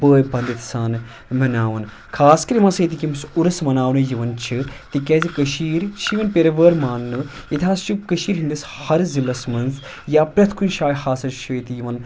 بٲے بَندٕتۍ سانہٕ مَناوان خاص کر یِم ہَسا ییٚتِکۍ سُہ عُرُس مَناونہٕ یِوان چھِ تِکیازِ کٔشیٖر چھِ یِوان پیٖرٕ وٲر ماننہٕ ییٚتہِ حظ چھُ کٔشیٖرِ ہِنٛدِس ہَر ضِلَعس منٛز یا پرٮ۪تھ کُنہِ جایہِ ہَسا چھِ ییٚتہِ یِوان